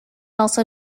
also